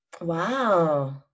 Wow